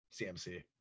CMC